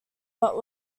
but